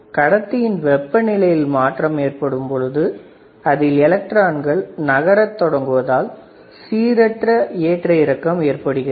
கடத்தியின் வெப்ப நிலையில் மாற்றம் ஏற்படும் பொழுது அதில் எலக்ட்ரான்கள் நகர தொடங்குவதால் சீரற்ற ஏற்ற இறக்கம் ஏற்படுகிறது